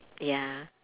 ya